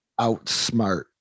outsmart